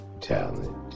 talent